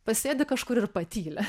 pasėdi kažkur ir patyli